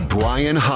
Brian